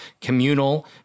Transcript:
communal